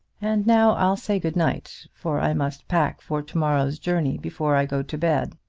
and now i'll say good night, for i must pack for to-morrow's journey before i go to bed.